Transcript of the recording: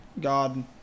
God